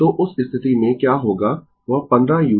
तो उस स्थिति में क्या होगा वह 15 u